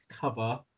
cover